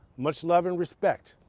much love and respect.